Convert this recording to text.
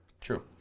True